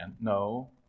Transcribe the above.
no